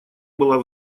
была